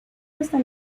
hasta